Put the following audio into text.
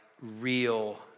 real